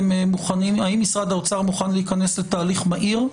משרד האוצר מוכן להיכנס לתהליך מהיר.